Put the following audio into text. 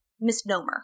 misnomer